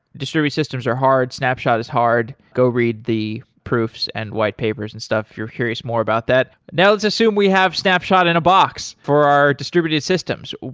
distributed systems are hard. snapshot is hard. go read the proofs and whitepapers and stuff if you're curious more about that. now let's assume we have snapshot in a box for our distributed systems.